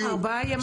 אבל ארבעה ימים,